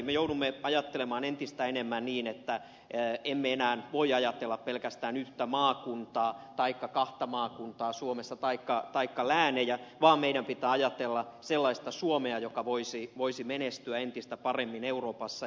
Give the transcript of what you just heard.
me joudumme ajattelemaan entistä enemmän niin että emme enää voi ajatella pelkästään yhtä maakuntaa taikka kahta maakuntaa suomessa taikka läänejä vaan sellaista suomea joka voisi menestyä entistä paremmin euroopassa